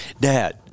dad